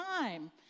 time